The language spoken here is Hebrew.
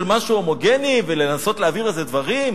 משהו הומוגני ולנסות להביא לזה דברים,